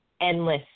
endless